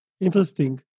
Interesting